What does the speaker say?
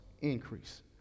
increase